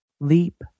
leap